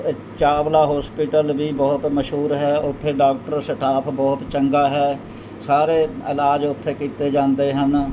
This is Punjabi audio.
ਚਾਵਲਾ ਹੋਸਪੀਟਲ ਵੀ ਬਹੁਤ ਮਸ਼ਹੂਰ ਹੈ ਉੱਥੇ ਡਾਕਟਰ ਸਟਾਫ ਬਹੁਤ ਚੰਗਾ ਹੈ ਸਾਰੇ ਇਲਾਜ ਉੱਥੇ ਕੀਤੇ ਜਾਂਦੇ ਹਨ